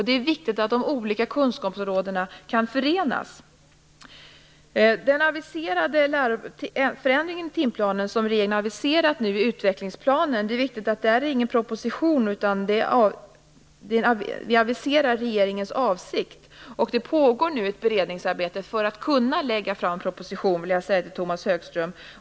Det är viktigt att de olika kunskapsområdena kan förenas. Regeringen har i utvecklingsplanen aviserat en förändring i timplanen. Det är viktigt att säga att det inte är någon proposition. Vi aviserar regeringens avsikt. Det pågår nu ett beredningsarbete för att vi skall kunna lägga fram en proposition, Tomas Högström.